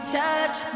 touch